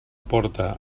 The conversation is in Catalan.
porte